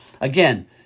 Again